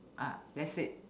uh that's it